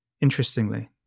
Interestingly